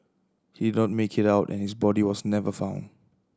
he not make it out and his body was never found